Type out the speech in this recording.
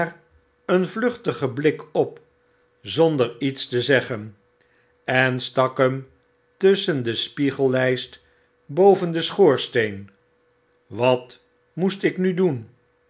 een vluchtigen blik op zonder iets te zeggen en stak hem tusschen de spiegelljjst bovi den schoorsteen wat moest ik nu doen